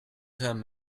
term